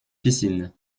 piscine